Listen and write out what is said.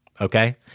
Okay